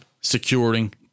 securing